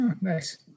Nice